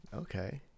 Okay